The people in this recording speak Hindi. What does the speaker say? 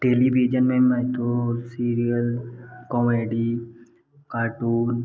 टेलीविजन में मैं तो सीरीअल कॉमेडी कार्टून